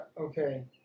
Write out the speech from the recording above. okay